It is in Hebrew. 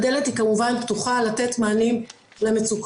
הדלת היא כמובן פתוחה לתת מענים למצוקות.